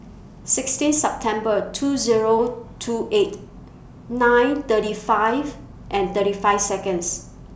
sixteen September two Zero two eight nine thirty five and thirty five Seconds